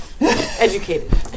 Educated